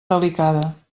delicada